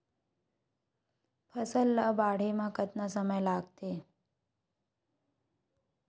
फसल ला बाढ़े मा कतना समय लगथे?